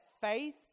faith